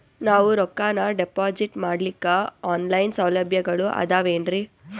ನಾವು ರೊಕ್ಕನಾ ಡಿಪಾಜಿಟ್ ಮಾಡ್ಲಿಕ್ಕ ಆನ್ ಲೈನ್ ಸೌಲಭ್ಯಗಳು ಆದಾವೇನ್ರಿ?